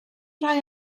rhai